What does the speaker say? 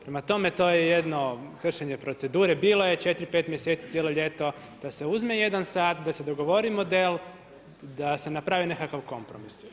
Prema tome, to je jedno kršenje procedure, bilo je 4, 5 mjeseci, cijelo ljeto da se uzme jedan sat, da se dogovori model, da se napravi nekakav kompromis.